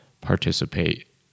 participate